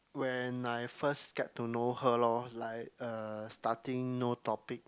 when I first get to know her lor like uh starting no topic